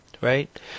Right